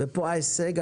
ופה ההישג,